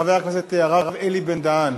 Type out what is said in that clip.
חבר הכנסת הרב אלי בן-דהן.